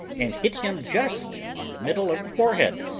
and hit him just on the middle of the forehead,